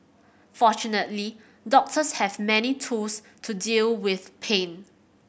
fortunately doctors have many tools to deal with pain